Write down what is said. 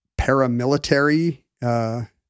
paramilitary